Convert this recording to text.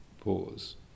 Pause